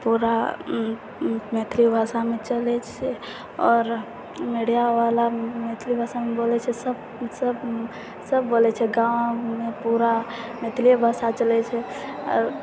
पूरा मैथिली भाषामे चलै छै आओर मीडियावला मैथिली भाषामे बोलै छै सब सब बोलै छै गाँवमे पूरा मैथिलिए भाषा चलै छै आओर